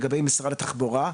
לגבי משרד התחבורה,